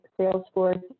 Salesforce